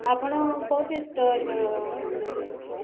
ଆପଣ କୋଉଠି ଷ୍ଟଲ୍ ନେବେ